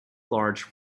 large